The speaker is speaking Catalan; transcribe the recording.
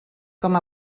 com